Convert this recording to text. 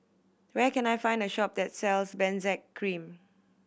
where can I find a shop that sells Benzac Cream